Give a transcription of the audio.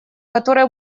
которое